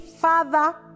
father